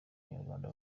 abanyarwanda